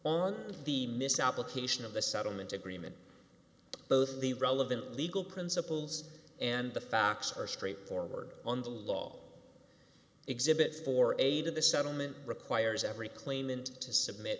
on the misapplication of the settlement agreement both the relevant legal principles and the facts are straight forward on the law exhibit forty eight of the settlement requires every claimant to submit